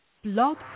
Blog